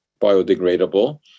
biodegradable